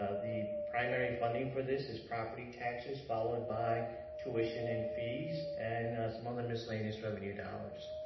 ah the primary funding for this is property taxes. followed by tuition and fees. and some other miscellaneous revenue dollars.